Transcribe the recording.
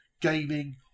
gaming